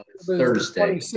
Thursday